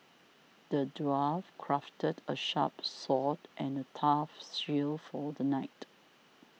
the dwarf crafted a sharp sword and a tough shield for the knight